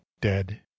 dead